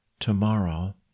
Tomorrow